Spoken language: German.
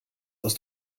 aus